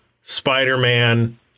Spider-Man